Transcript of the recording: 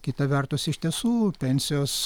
kita vertus iš tiesų pensijos